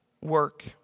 work